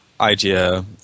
idea